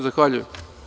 Zahvaljujem.